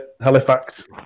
Halifax